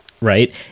Right